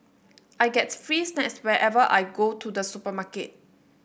I get free snacks whenever I go to the supermarket